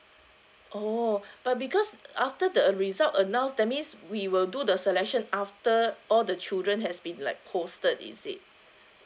oh but because after the result announced that means we will do the selection after all the children has been like posted is it